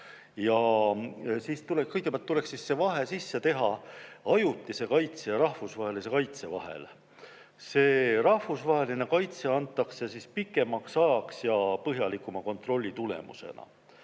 vastanud. Kõigepealt tuleks vahe sisse teha ajutise kaitse ja rahvusvahelise kaitse vahel. Rahvusvaheline kaitse antakse pikemaks ajaks ja põhjalikuma kontrolli tulemusena.